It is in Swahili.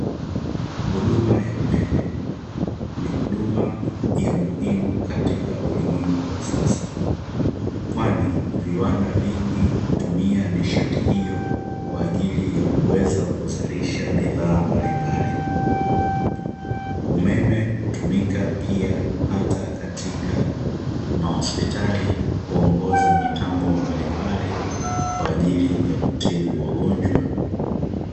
Huduma ya umeme ni huduma ya muhimu katika ulimwengu wa sasa kwani viwanda vingi hutumia nishati hiyo kwa ajili ya kuweza kuzalisha bidhaa mbalimbali. Umeme hutumika pia hata katika mahospitali kuongoza mitambo mbalimbali kwa ajili ya kutibu wagonjwa.